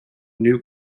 new